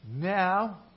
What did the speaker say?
Now